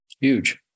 huge